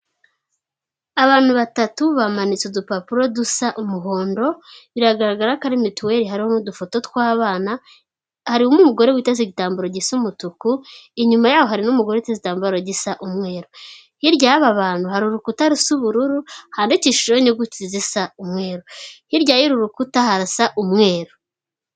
Abantu batatu bamanitse udupapuro dusa umuhondo, biragaragara ko ari mituweli harimo udufoto tw'abana, harimo umugore witeze igitambaro gisa umutuku, inyuma yaho hari n'umugore igitambaro gisa umweru, hirya y'aba bantu hari urukuta rusa ubururu, handikishijweho inyuguti zisa umweru hirya y'uru rukuta harasa umweru.